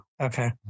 Okay